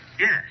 Yes